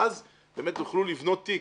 ואז באמת תוכלו לבנות תיק,